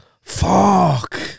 Fuck